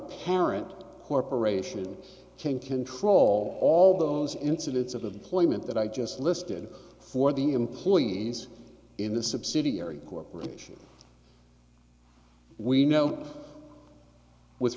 parent corporation can control all those incidents of of deployment that i just listed for the employees in the subsidiary corporation we know with